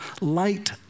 light